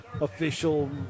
official